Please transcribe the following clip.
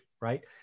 Right